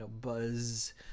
buzz